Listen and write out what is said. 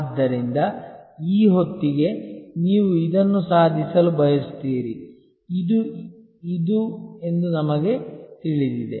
ಆದ್ದರಿಂದ ಈ ಹೊತ್ತಿಗೆ ನೀವು ಇದನ್ನು ಸಾಧಿಸಲು ಬಯಸುತ್ತೀರಿ ಇದು ಇದು ಎಂದು ನಮಗೆ ತಿಳಿದಿದೆ